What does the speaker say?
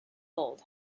old